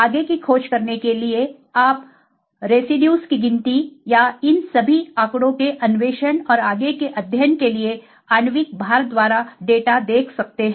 आगे की खोज करने के लिए आप अवशेषों की गिनती या इन सभी आंकड़ों के अन्वेषण और आगे के अध्ययन के लिए आणविक भार द्वारा डाटा देख सकते हैं